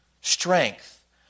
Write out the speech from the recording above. strength